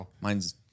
mine's